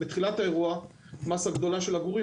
בתחילת האירוע מאסה גדולה של עגורים